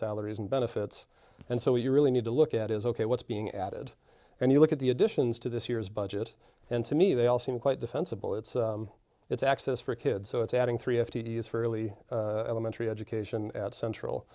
salaries and benefits and so you really need to look at is ok what's being added and you look at the additions to this year's budget and to me they all seem quite defensible it's it's access for kids so it's adding three f t e is fairly elementary education at central